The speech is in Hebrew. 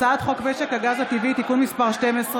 הצעת חוק משק הגז הטבעי (תיקון מס' 12)